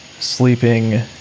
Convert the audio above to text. sleeping